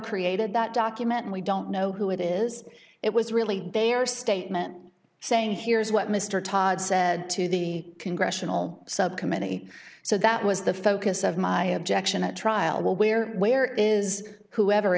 created that document we don't know who it is it was really they are statement saying here's what mr todd said to the congressional subcommittee so that was the focus of my objection at trial where where is whoever